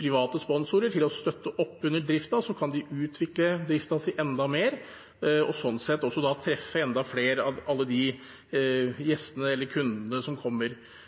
private sponsorer til å støtte opp under driften, kan de utvikle driften sin enda mer og sånn sett også treffe enda flere av de gjestene og kundene som kommer.